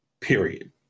period